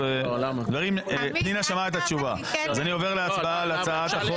אני עובר להצבעה על הצעת החוק.